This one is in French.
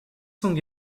cents